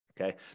Okay